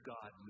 God